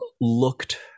looked